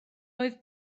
oedd